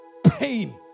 pain